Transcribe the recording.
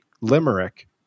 limerick